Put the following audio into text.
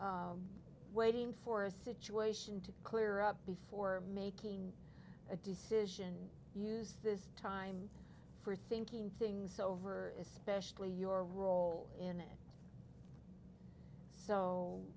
waiting for a situation to clear up before making a decision use this time for thinking things over especially your role in it so